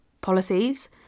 policies